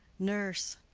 nurse.